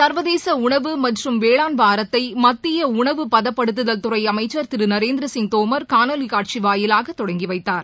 ச்வதேசஉணவு மற்றும் வேளாண் வாரத்தைமத்தியஉணவுப்பதப்படுத்துதல் துறைஅமைச்சர் திரு நரேந்திரசிங் தோமர் காணொலிகாட்சிவாயிலாகதொடங்கிவைத்தார்